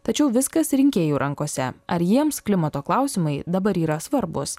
tačiau viskas rinkėjų rankose ar jiems klimato klausimai dabar yra svarbūs